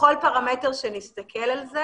בכל פרמטר שנסתכל על זה